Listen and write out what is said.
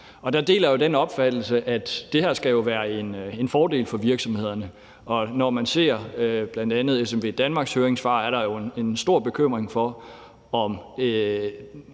Der deler jeg den opfattelse, at det her skal være en fordel for virksomhederne, og når man ser bl.a. SMV Danmarks høringssvar, er der jo en stor bekymring for, om